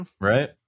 right